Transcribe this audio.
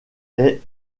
est